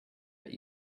but